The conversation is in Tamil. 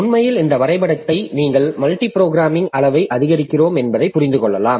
உண்மையில் இந்த வரைபடத்தில் நீங்கள் மல்டி புரோகிராமிங் அளவை அதிகரிக்கிறோம் என்பதை புரிந்து கொள்ளலாம்